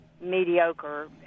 mediocre